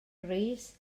rees